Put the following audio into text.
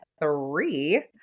three